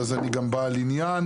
אז אני גם בעל עניין,